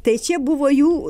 tai čia buvo jų